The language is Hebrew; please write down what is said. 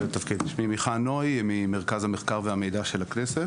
שמי מיכה נוי ממרכז המחקר והמידע של הכנסת,